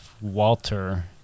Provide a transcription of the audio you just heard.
Walter